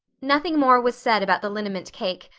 nothing more was said about the liniment cake,